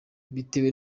bitewe